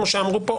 כמו שאמרו פה,